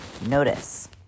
notice